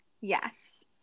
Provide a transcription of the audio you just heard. yes